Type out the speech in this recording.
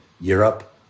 Europe